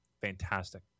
fantastic